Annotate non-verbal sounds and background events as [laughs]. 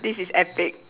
[laughs] this is epic